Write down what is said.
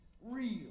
Real